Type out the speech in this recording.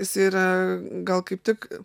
jisai yra gal kaip tik